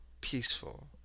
peaceful